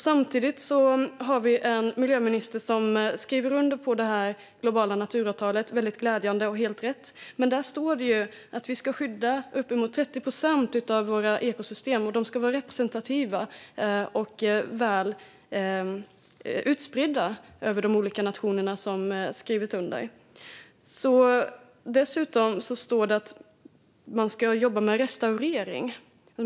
Samtidigt har vi en miljöminister som skriver under det globala naturavtalet, vilket är väldigt glädjande och helt rätt, men där det också står att man ska skydda uppemot 30 procent av ekosystemen och att de som skyddas ska vara representativa och väl utspridda över de olika nationer som skrivit under. Dessutom står det att man ska jobba med restaurering.